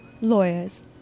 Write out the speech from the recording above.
Lawyers